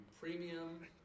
premium